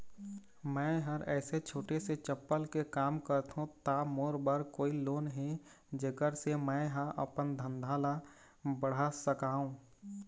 मैं हर ऐसे छोटे से चप्पल के काम करथों ता मोर बर कोई लोन हे जेकर से मैं हा अपन धंधा ला बढ़ा सकाओ?